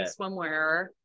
swimwear